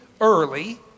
Early